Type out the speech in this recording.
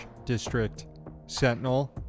districtsentinel